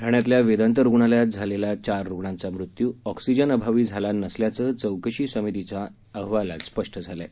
ठाण्यातल्या वेदांत रुग्णालयात झालेला चार रुग्णांचा मृत्यू ऑक्सीजनअभावी झाला नसल्याचं चौकशी समितीच्या अहवाल स्पष्ट झालं आहे